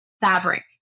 fabric